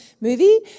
movie